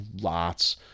lots